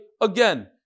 Again